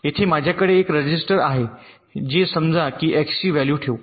येथे माझ्याकडे एक रजिस्टर आहे जे समजा की एक्स ची व्हॅल्यू ठेवू